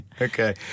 Okay